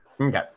okay